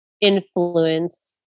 influence